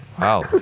Wow